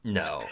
no